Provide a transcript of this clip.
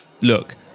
Look